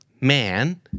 man